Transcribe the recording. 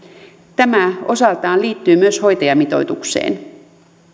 tämä osaltaan liittyy myös hoitajamitoitukseen